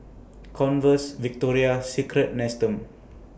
Converse Victoria Secret Nestum